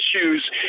issues